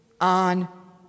on